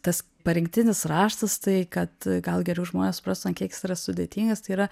tas parengtinis raštas tai kad gal geriau žmonės suprastų ant kiek jis yra sudėtingas tai yra